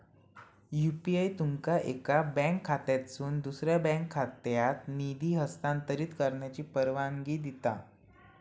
UPI तुमका एका bank खात्यातसून दुसऱ्यो बँक खात्यात निधी हस्तांतरित करण्याची परवानगी देता